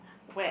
when